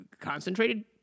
concentrated